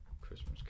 Christmas